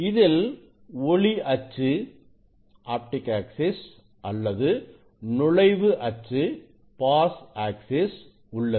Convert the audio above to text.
இதில் ஒளி அச்சு அல்லது நுழைவு அச்சு உள்ளது